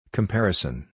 Comparison